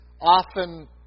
often